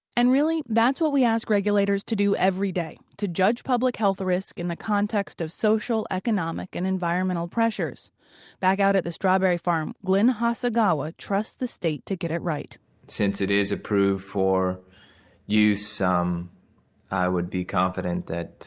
and really, that's what we ask regulators to do everyday to judge public health risk in the context of social, economic and environmental pressures back out at the strawberry farm, glen hasagawa trusts the state to get it right since it is approved for use, um i i would be confident that